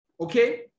okay